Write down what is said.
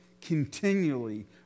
continually